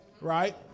right